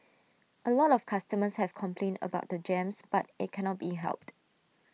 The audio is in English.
A lot of customers have complained about the jams but IT cannot be helped